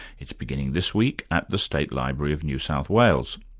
it's beginning this week at the state library of new south wales.